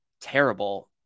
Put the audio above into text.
terrible